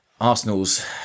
Arsenal's